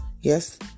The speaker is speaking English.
yes